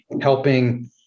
helping